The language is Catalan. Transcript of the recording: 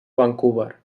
vancouver